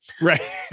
Right